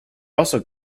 also